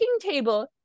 table